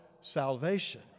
salvation